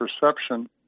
perception